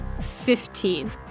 Fifteen